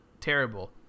terrible